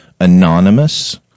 anonymous